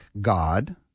God